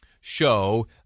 show